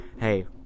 Hey